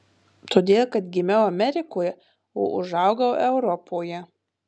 todėl kad gimiau amerikoje o užaugau europoje